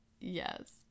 Yes